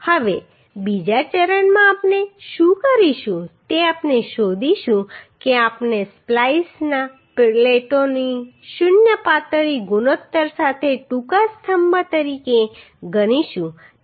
હવે બીજા ચરણમાં આપણે શું કરીશું તે આપણે શોધીશું કે આપણે સ્પ્લાઈસ પ્લેટોને શૂન્ય પાતળી ગુણોત્તર સાથે ટૂંકા સ્તંભ તરીકે ગણીશું